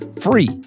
free